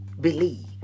believe